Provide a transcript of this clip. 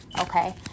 Okay